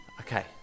Okay